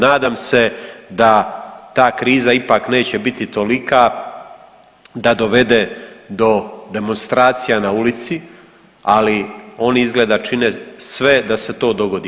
Nadam se da ta kriza ipak neće biti tolika da dovede do demonstracija na ulici, ali oni izgleda čine sve da se to dogodi.